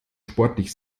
sportlich